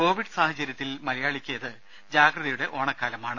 Covid സാഹചര്യത്തിൽ മലയാളിക്കിത് ജാഗ്രതയുടെ ഓണക്കാലമാണ്